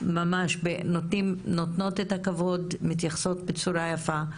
ממש נותנות את הכבוד, מתייחסות בצורה יפה.